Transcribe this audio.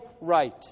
right